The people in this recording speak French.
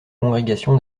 congrégation